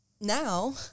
Now